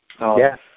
Yes